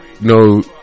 no